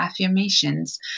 affirmations